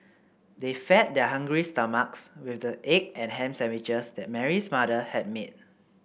they fed their hungry stomachs with the egg and ham sandwiches that Mary's mother had made